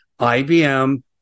IBM